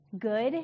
good